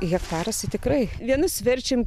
hektaras tai tikrai vienus verčiam